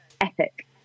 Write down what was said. epic